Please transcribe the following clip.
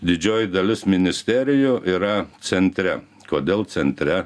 didžioji dalis ministerijų yra centre kodėl centre